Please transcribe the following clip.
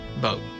boat